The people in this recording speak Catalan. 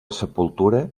sepultura